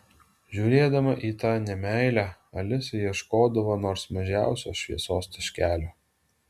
žiūrėdama į tą nemeilę alisa ieškodavo nors mažiausio šviesos taškelio